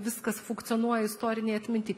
viskas funkcionuoja istorinėj atminty